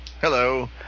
Hello